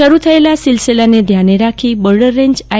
શરૂ થયેલ સીલ સીલાને ધ્યાને રાખી બોર્ડર રેન્જ આઈ